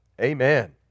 Amen